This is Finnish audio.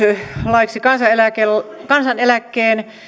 laiksi kansaneläkkeen